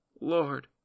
Lord